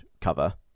cover